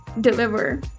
deliver